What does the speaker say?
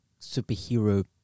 superhero